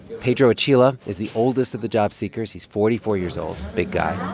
pedro attila is the oldest of the job seekers. he's forty four years old big guy